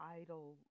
idle